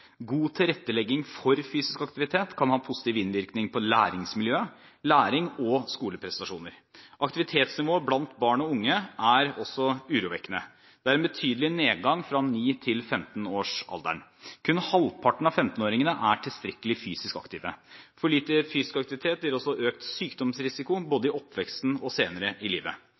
God tilrettelegging for fysisk aktivitet kan ha positiv innvirkning på læringsmiljøet, læring og skoleprestasjoner. Aktivitetsnivået blant barn og unge er også urovekkende. Det er en betydelig nedgang fra 9- til 15-årsalderen. Kun halvparten av 15-åringene er tilstrekkelig fysisk aktive. For lite fysisk aktivitet gir også økt sykdomsrisiko både i oppveksten og senere i livet.